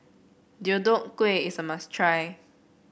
Deodeok Gui is a must try